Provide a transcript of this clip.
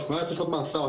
18 שנות מאסר,